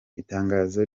itangazo